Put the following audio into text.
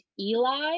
Eli